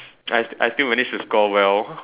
I I still manage to score well